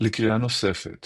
לקריאה נוספת